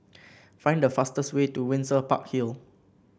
find the fastest way to Windsor Park Hill